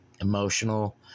emotional